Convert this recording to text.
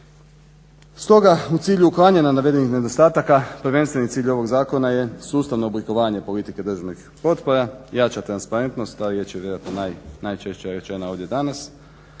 Stoga u cilju uklanjanja navedenih nedostataka prvenstveni cilj ovog zakona je sustavno oblikovanje politike državnih potpora, jača transparentnost, a riječ je vjerojatno najčešća rečena ovdje danas.